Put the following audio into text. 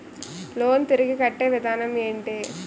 Loan తిరిగి కట్టే విధానం ఎంటి?